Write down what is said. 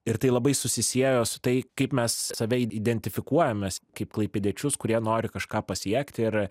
ir tai labai susisiejo su tai kaip mes save identifikuojam mes kaip klaipėdiečius kurie nori kažką pasiekti ir